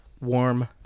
Warm